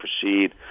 proceed